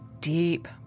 deep